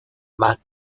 más